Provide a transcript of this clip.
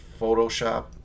Photoshop